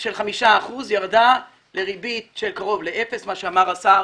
של 5% ירדה לריבית של קרוב לאפס, כמו שאמר השר